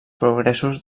progressos